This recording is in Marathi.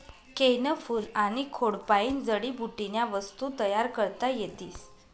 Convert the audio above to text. केयनं फूल आनी खोडपायीन जडीबुटीन्या वस्तू तयार करता येतीस